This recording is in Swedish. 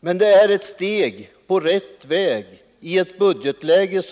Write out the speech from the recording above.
Men kravet är ett steg i rätt riktning i ett kärvt budgetläge.